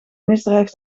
misdrijf